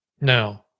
No